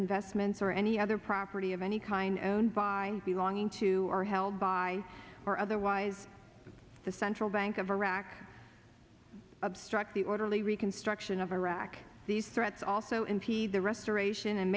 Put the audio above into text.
investments or any other property of any kind owned by belonging to or held by or otherwise the central bank of iraq obstruct the orderly reconstruction of iraq these threats also impede the restoration and